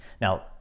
Now